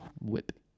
Whip